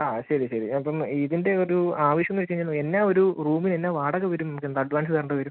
ആ ശരി ശരി അപ്പം ഈ ഇതിൻ്റെ ഒരു ആവശ്യമെന്ന് വെച്ച് കയിഞ്ഞാൽ എന്നാ ഒരു റൂമിനെന്നാ വാടക വരും എന്തഡ്വാൻസ് തരേണ്ടി വരും